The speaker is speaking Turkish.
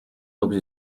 dokuz